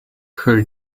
her